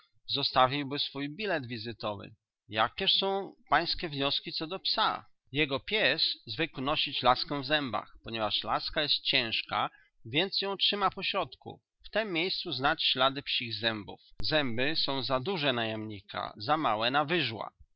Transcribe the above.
laski zostawiłby swój bilet wizytowy jakież są pańskie wnioski co do psa jego pies zwykł nosić laskę w zębach ponieważ laska jest ciężka więc ją trzyma pośrodku w tem miejscu znać ślady psich zębów zęby są za duże na jamnika za małe na wyżła